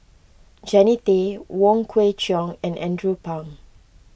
Jannie Tay Wong Kwei Cheong and Andrew Phang